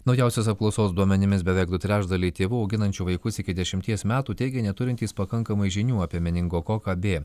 naujausios apklausos duomenimis beveik du trečdaliai tėvų auginančių vaikus iki dešimties metų teigia neturintys pakankamai žinių apie meningokoką b